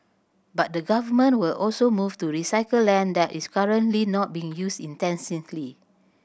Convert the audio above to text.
but the Government will also move to recycle land that is currently not being used intensely